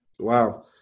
Wow